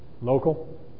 local